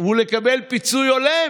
אינו נוכח קארין